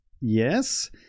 yes